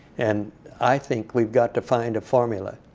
and i think we've got to find a formula.